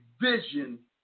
vision